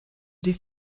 die